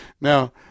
Now